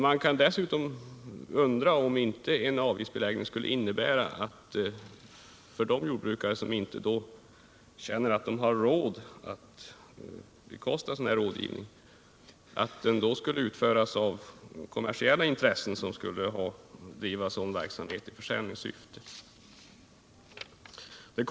Man kan vidare fråga sig om inte en avgiftsbeläggning skulle betyda att de jordbrukare som inte anser sig ha råd att bekosta en sådan här rådgivning skulle bli hänvisade till kommersiella intressen som bedriver sådan verksamhet i försäljningssyfte.